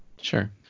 Sure